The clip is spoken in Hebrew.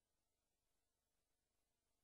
חד-פעמי לטובת "צוק